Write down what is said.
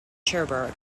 cherbourg